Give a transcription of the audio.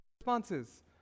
responses